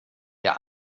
der